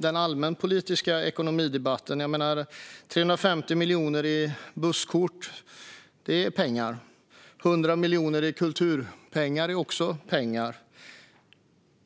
den allmänpolitiska ekonomidebatten. 350 miljoner i busskort är pengar. 100 miljoner i kulturpengar är också pengar.